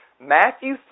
Matthew